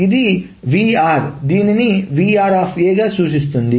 ఇది vr దీనిని vr సూచిస్తుంది